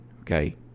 okay